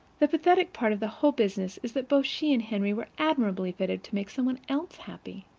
the pathetic part of the whole business is that both she and henry were admirably fitted to make some one else happy.